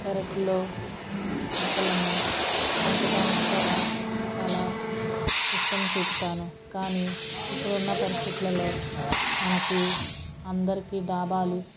పెరటిలో మొక్కలను పెంచటానికి కూడా చాలా ఇష్టం చూపుతాను కానీ ఇప్పుడున్న పరిస్థితులలో మనకి అందరికి డాబాలు